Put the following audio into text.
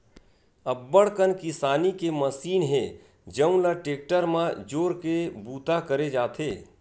अब्बड़ कन किसानी के मसीन हे जउन ल टेक्टर म जोरके बूता करे जाथे